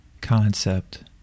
concept